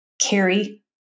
carry